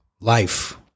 life